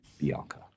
Bianca